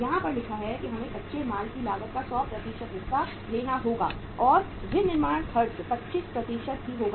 यहां पर लिखा है कि हमें कच्चे माल की लागत का 100 हिस्सा लेना होगा और विनिर्माण खर्च 25 ही होगा